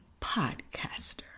podcaster